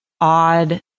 odd